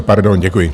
Pardon, děkuji.